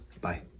Bye